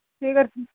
स्वीकर्तुं